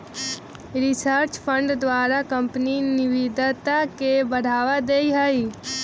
research fund द्वारा company नविनता के बढ़ावा दे हइ